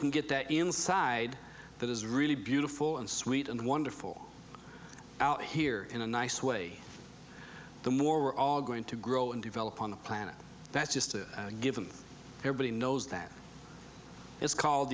can get the inside that is really beautiful and sweet and wonderful out here in a nice way the more we're all going to grow and develop on the planet that's just a given everybody knows that it's called